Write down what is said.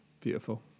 Beautiful